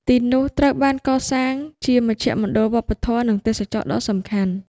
ទីនោះត្រូវបានកសាងជាមជ្ឈមណ្ឌលវប្បធម៌ និងទេសចរណ៍ដ៏សំខាន់។